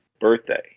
birthday